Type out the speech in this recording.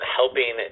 helping